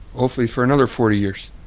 hopefully for another forty years